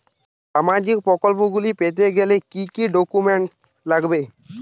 সামাজিক প্রকল্পগুলি পেতে গেলে কি কি ডকুমেন্টস লাগবে?